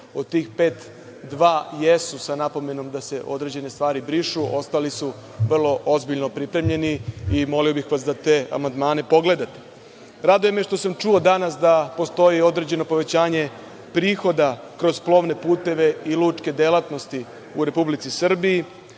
Od tih pet dva jesu sa napomenom da se određene stvari brišu, ostali su vrlo ozbiljno pripremljeni i molio bih vas da te amandmane pogledate. Raduje me što sam čuo danas da postoji određeno povećanje prihoda kroz plovne puteve i lučke delatnosti u Republici Srbiji.